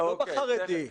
לא בחרדי.